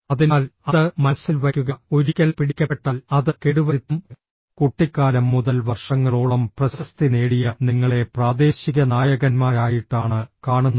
അതിനാൽ അത് മനസ്സിൽ വയ്ക്കുക ഒരിക്കൽ പിടിക്കപ്പെട്ടാൽ അത് കേടുവരുത്തും കുട്ടിക്കാലം മുതൽ വർഷങ്ങളോളം പ്രശസ്തി നേടിയ നിങ്ങളെ പ്രാദേശിക നായകന്മാരായിട്ടാണ് കാണുന്നത്